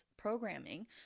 programming